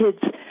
kids